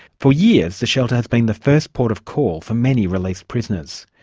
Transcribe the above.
for years the shelter has been the first port of call for many released prisoners.